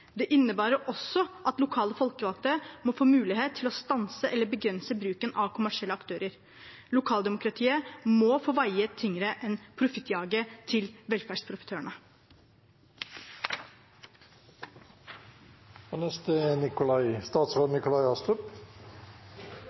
Det innebærer også at lokale folkevalgte må få mulighet til å stanse eller begrense bruken av kommersielle aktører. Lokaldemokratiet må få veie tyngre enn profittjaget til velferdsprofitørene. Private aktører er